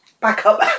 backup